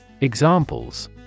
Examples